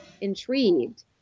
intrigued